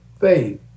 faith